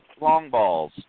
Longballs